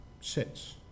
sits